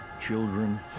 Children